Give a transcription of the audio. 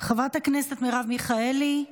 חברת הכנסת מרב מיכאלי,